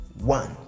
One